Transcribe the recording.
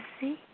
see